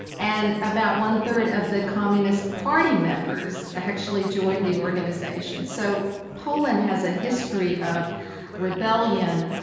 and about one-third of the communist party members actually joined the organisation. so poland has a history of rebellion,